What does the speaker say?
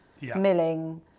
milling